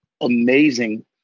amazing